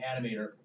animator